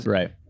right